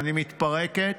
אני מתפרקת,